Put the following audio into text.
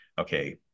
Okay